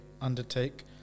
undertake